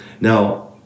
Now